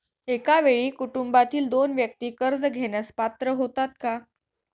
एका वेळी कुटुंबातील दोन व्यक्ती कर्ज घेण्यास पात्र होतात का?